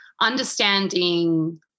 understanding